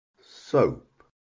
soap